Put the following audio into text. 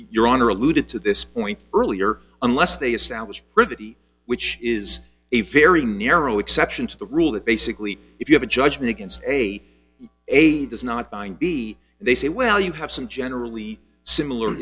your honor alluded to this point earlier unless they establish pretty which is a very narrow exception to the rule that basically if you have a judgment against a does not bind b they say well you have some generally similar